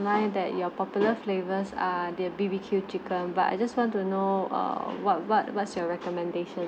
~line that your popular flavours are the B_B_Q chicken but I just want to know err what what what's your recommendation